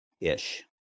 ish